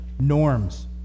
norms